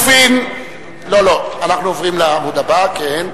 אנחנו עוברים לעמוד הבא, כן,